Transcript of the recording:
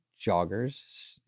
joggers